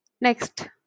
Next